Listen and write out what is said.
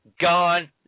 gone